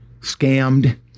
scammed